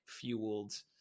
fueled